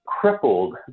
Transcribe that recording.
crippled